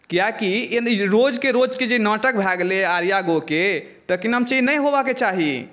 किएकि ई रोजकेँ रोजकेँ जे ई नाटक भए गेलैया आर्यागो के तऽ की नाम छियै ई नहि होयबाक चाही